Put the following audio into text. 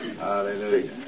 Hallelujah